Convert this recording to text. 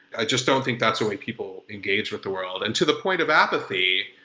i just don't think that's a way people engage with the world. and to the point of apathy,